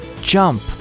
jump